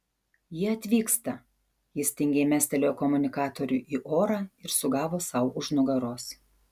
jie atvyksta jis tingiai mestelėjo komunikatorių į orą ir sugavo sau už nugaros